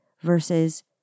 versus